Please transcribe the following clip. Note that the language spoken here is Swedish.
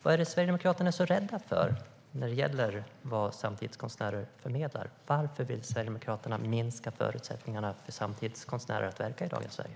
Vad är det Sverigedemokraterna är så rädda för när det gäller vad samtidskonstnärer förmedlar? Varför vill Sverigedemokraterna minska förutsättningarna för samtidskonstnärer att verka i dagens Sverige?